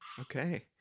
Okay